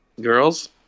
girls